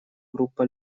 группа